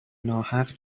ناحق